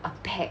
a pack